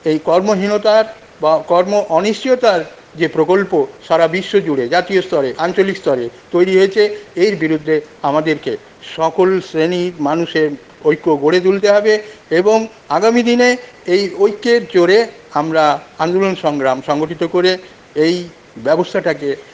এই কর্মহীনতার বা কর্ম অনিশ্চিয়তার যে প্রকল্প সারা বিশ্বজুড়ে জাতীয় স্তরে আঞ্চলিক স্তরে তৈরি হয়েছে এর বিরুদ্ধে আমাদেরকে সকল শ্রেনীর মানুষের ঐক্য গড়ে তুলতে হবে এবং আগামী দিনে এই ঐক্যের জোরে আমরা আন্দোলন সংগ্রাম সংগঠিত করে এই ব্যবস্থাটাকে